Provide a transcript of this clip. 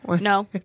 No